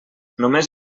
només